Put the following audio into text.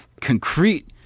concrete